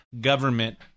government